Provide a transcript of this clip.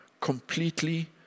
completely